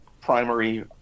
primary